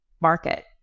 market